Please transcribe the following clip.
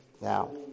Now